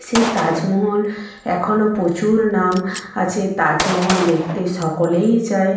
সেই তাজমহল এখনও প্রচুর নাম আছে তাজমহল দেখতে সকলেই যায়